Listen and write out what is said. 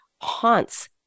haunts